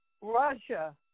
Russia